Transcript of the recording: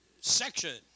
section